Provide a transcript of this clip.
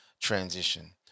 transition